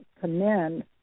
commend